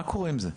מה קורה עם זה?